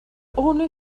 only